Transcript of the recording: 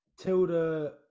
Tilda